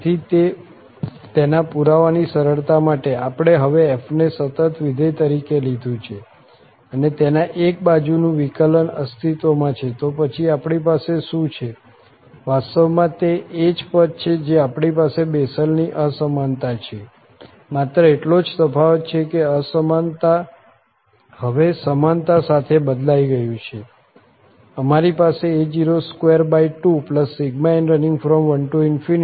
તેથી તેના પુરાવાની સરળતા માટે આપણે હવે f ને સતત વિધેય તરીકે લીધું છે અને તેના એક બાજુનું વિકલન અસ્તિત્વમાં છે તો પછી આપણી પાસે શું છે વાસ્તવમાં તે એ જ પદ છે જે આપણી પાસે બેસેલની અસમાનતામાં છે માત્ર એટલો જ તફાવત છે કે અસમાનતા હવે સમાનતા સાથે બદલાઈ ગયું છે અમારી પાસે a022n1an2bn21 π2dx